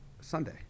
sunday